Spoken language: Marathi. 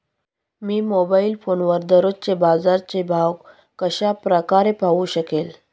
मी मोबाईल फोनवर दररोजचे बाजाराचे भाव कशा प्रकारे पाहू शकेल?